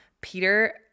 Peter